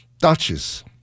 Duchess